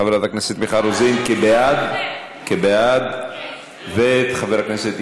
קובלנה של חברת הכנסת מיכל רוזין נגד חבר הכנסת אורן אסף חזן.